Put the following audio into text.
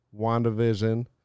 WandaVision